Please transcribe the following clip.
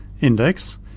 index